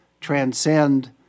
transcend